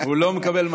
הוא לא מקבל מתנות.